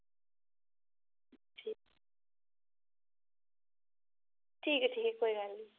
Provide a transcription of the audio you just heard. ठीक ठीक ऐ ठीक ऐ कोई गल्ल निं